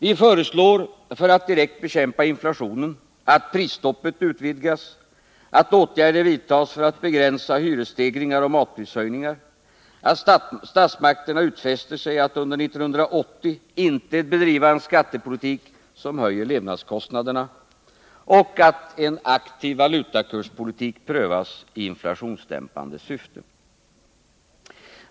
Vi föreslår, för att direkt bekämpa inflationen, att åtgärder vidtas för att begränsa hyresstegringar och matprishöjningar, att statsmakterna utfäster sig att under 1980 inte bedriva en skattepolitik som höjer människornas levnadskostnader och att en aktiv valutakurspolitik prövas i inflationsdämpande syfte.